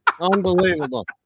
Unbelievable